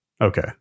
Okay